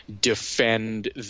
defend